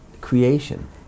creation